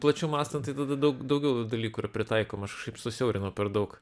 plačiau mąstant tai tada daug daugiau dalykų yra pritaikoma aš kažkaip susiaurinau per daug